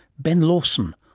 ben lawson,